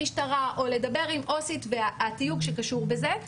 למשטרה או לדבר עם עו"סית והתיוג שקשור בזה,